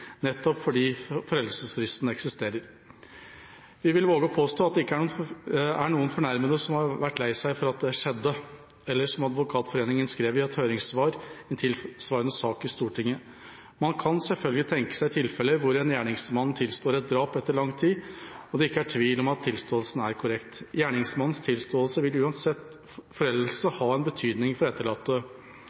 nettopp fordi foreldelsesfristen eksisterer. Vi vil våge å påstå at det ikke er noen fornærmede som har vært lei seg for at det skjedde, eller som Advokatforeningen skrev i et høringssvar i en tilsvarende sak i Stortinget: «Man kan selvfølgelig tenke seg tilfeller hvor en gjerningsmann tilstår et drap etter lang tid, og det ikke er tvil om at tilståelsen er korrekt. Gjerningsmannens tilståelse vil uansett foreldelse ha en betydning for etterlatte,